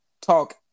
talk